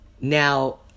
Now